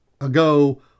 ago